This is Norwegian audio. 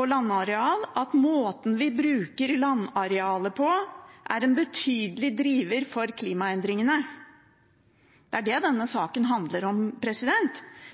og landareal at måten vi bruker landarealet på, er en betydelig driver for klimaendringene. Det er det denne saken handler om.